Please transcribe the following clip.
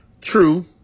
True